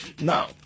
Now